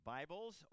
Bibles